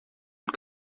und